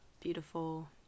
beautiful